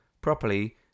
properly